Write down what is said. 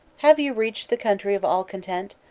have you reached the country of all content,